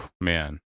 man